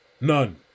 None